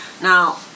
Now